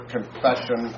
Confession